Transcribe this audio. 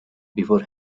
before